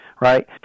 right